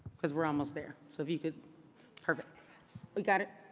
because we're almost there. so if you could perfect. we got it?